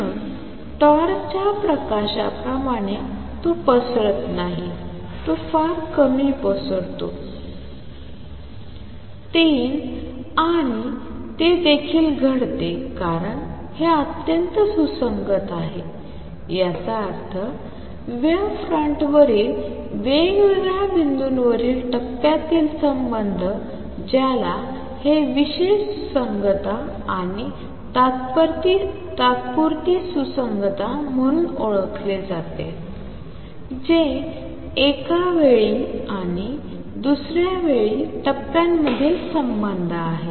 म्हणून टॉर्चच्या प्रकाशाप्रमाणे तो पसरत नाही तो फार कमी पसरतो तीन आणि ते देखील घडते कारण हे अत्यंत सुसंगत आहे याचा अर्थ वेव्ह फ्रंटवरील वेगवेगळ्या बिंदूंवरील टप्प्यातील संबंध ज्याला हे विशेष सुसंगतता आणि तात्पुरती सुसंगतता म्हणून ओळखले जाते जे एका वेळी आणि दुसर्या वेळी टप्प्यामधील संबंध आहे